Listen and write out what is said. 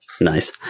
Nice